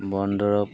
বন দৰব